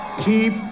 keep